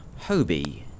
Hobie